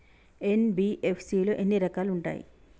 NBFC లో ఎన్ని రకాలు ఉంటాయి?